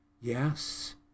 Yes